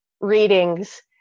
readings